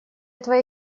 твоя